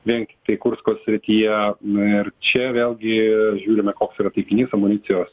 vien tiktai kursko srityje nu ir čia vėlgi žiūrime koks yra taikinys amunicijos